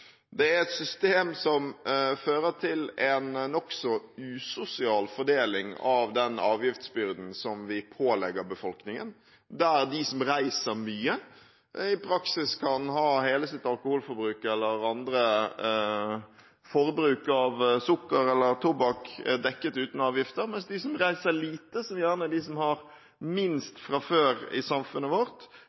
Det er et system som fører til en nokså usosial fordeling av den avgiftsbyrden som vi pålegger befolkningen, der de som reiser mye, i praksis kan få hele sitt alkoholforbruk – eller annet forbruk, av sukker eller tobakk – dekket uten avgifter, mens de som reiser lite, som gjerne er de som har minst fra før i samfunnet vårt,